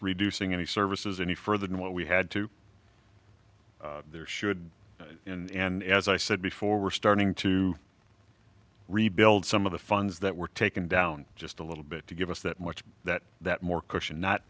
reducing any services any further than what we had to there should and as i said before we're starting to rebuild some of the funds that were taken down just a little bit to give us that much of that that more cushion not